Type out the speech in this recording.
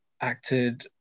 acted